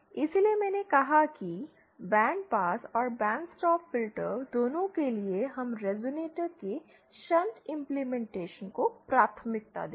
इसलिए मैंने कहा कि बैंड पास और बैंड स्टॉप फ़िल्टर दोनों के लिए हम रेज़ोनेटर के शंट इंपलीमेनटेशन को प्राथमिकता देंगे